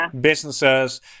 businesses